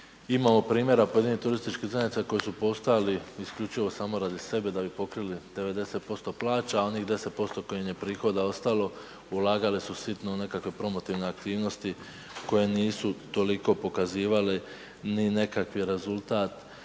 imamo primjera pojedinih turističkih zajednica koji su postojali isključivo samo radi sebe da bi pokrili 90% plaća, a onih 10% kojih im je prihoda ostalo ulagali su sitno u nekakve promotivne aktivnosti koje nisu toliko pokazivale ni nekakvi rezultat,